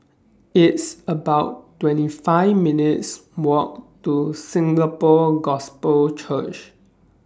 It's about twenty five minutes' Walk to Singapore Gospel Church